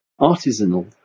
artisanal